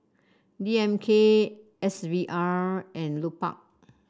D M K S V R and Lupark